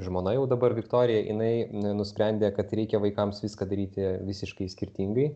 žmona jau dabar viktorija jinai nenusprendė kad reikia vaikams viską daryti visiškai skirtingai